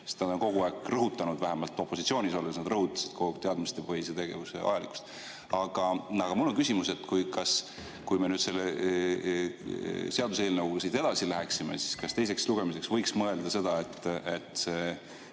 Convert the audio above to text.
Nad on kogu aeg rõhutanud või vähemalt opositsioonis olles nad kogu aeg rõhutasid teadmistepõhise tegevuse vajalikkust. Aga mul on küsimus: kui me selle seaduseelnõuga edasi läheksime, siis kas teiseks lugemiseks võiks mõelda seda, et